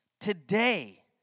Today